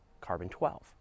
carbon-12